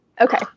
Okay